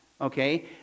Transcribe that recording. okay